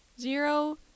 Zero